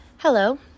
Hello